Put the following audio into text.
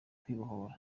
kwibohora